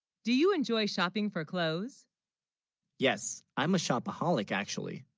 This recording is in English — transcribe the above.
do you, enjoy shopping for clothes yes i'm a shopaholic actually